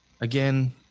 Again